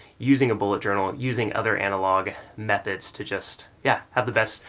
using a bullet journal, using other analog methods to just, yeah, have the best,